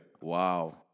Wow